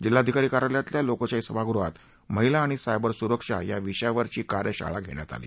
जिल्हाधिकारी कार्यालयातल्या लोकशाही सभागृहात महिला आणि सायबर सुरक्षा या विषयावरची कार्यशाळा घेण्यात आली